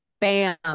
bam